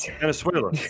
Venezuela